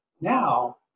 Now